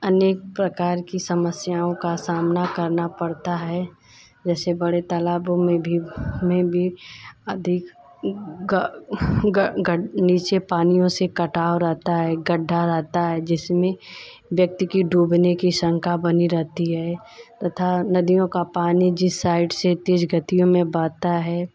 अनेक प्रकार की समस्याओं का सामना करना पड़ता है जैसे बड़े तालाबों में भी में भी अधिक नीचे पानियों से कटाव रहता है गड्ढा रहता है जिसमें व्यक्ति की डूबने की शंका बनी रहती है तथा नदियों का पानी जिस साइड से तेज़ गतियों में बहता है